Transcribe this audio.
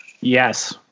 Yes